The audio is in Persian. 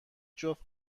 جفت